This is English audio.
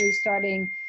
starting